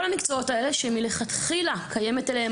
כל המקצועות האלה שמלכתחילה קיימת אליהם